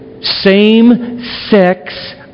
Same-sex